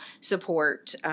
support